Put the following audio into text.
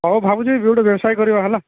ହଉ ଭାବୁଛି ଗୋଟେ ବ୍ୟବସାୟ କରିବା ହେଲା